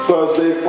Thursday